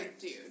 dude